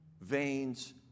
veins